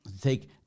take